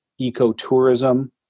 ecotourism